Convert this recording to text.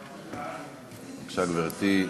בבקשה, גברתי.